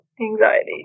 anxiety